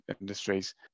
industries